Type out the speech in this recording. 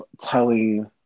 telling